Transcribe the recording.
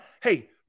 Hey